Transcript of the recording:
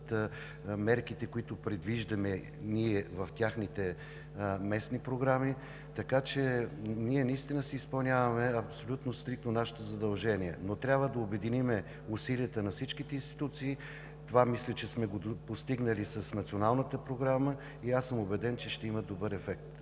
мерките, които предвиждаме в техните местни програми. Ние наистина си изпълняваме абсолютно стриктно нашите задължения, но трябва да обединим усилията на всичките институции. Това мисля, че сме го постигнали с Националната програма и аз съм убеден, че ще има добър ефект